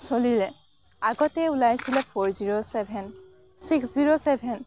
চলিলে আগতে ওলাইছিলে four zero seven six zero seven